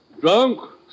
Drunk